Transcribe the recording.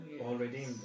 already